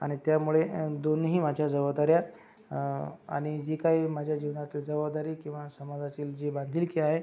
आणि त्यामुळे दोन्हीही माझ्या जबाबदाऱ्या आणि जी काही माझ्या जीवनात जबाबदारी किंवा समाजातील जी बांधिलकी आहे